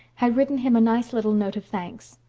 had written him a nice little note of thanks.